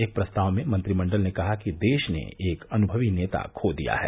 एक प्रस्ताव में मंत्रिमंडल ने कहा कि देश ने एक अनुषवी नेता खो दिया है